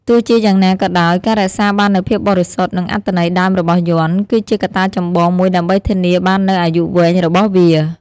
ទោះជាយ៉ាងណាក៏ដោយ ការរក្សាបាននូវភាពបរិសុទ្ធ និងអត្ថន័យដើមរបស់យ័ន្ត គឺជាកត្តាចម្បងមួយដើម្បីធានាបាននូវអាយុវែងរបស់វា។